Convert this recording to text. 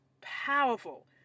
powerful